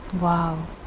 wow